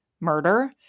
murder